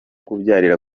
kubyarira